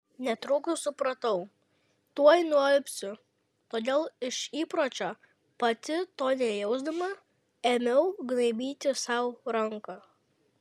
netrukus supratau tuoj nualpsiu todėl iš įpročio pati to nejausdama ėmiau gnaibyti sau ranką